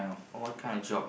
oh what kind of job